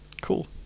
cool